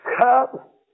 cup